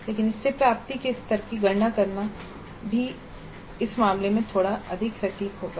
लेकिन इससे प्राप्ति के स्तर की गणना करना भी इस मामले में थोड़ा अधिक सटीक होगा